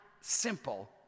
simple